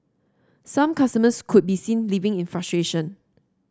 some customers could be seen leaving in frustration